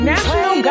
National